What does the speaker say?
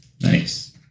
Nice